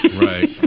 Right